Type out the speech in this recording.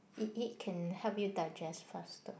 it it can help you digest faster